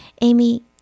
Amy